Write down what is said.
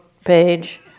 page